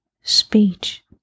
speech